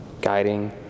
guiding